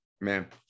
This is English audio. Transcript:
man